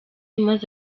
maze